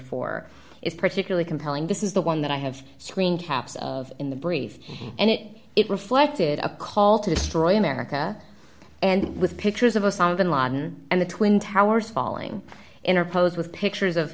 is particularly compelling this is the one that i have screen caps of in the brief and it it reflected a call to destroy america and with pictures of osama bin laden and the twin towers falling interpose with pictures of